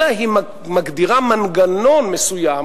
אלא היא מגדירה מנגנון מסוים